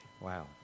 Wow